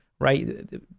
right